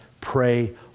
pray